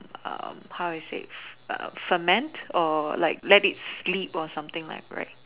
um how I say ferment or like let it sleep or something like right